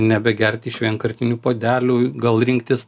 nebegerti iš vienkartinių puodelių gal rinktis